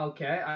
Okay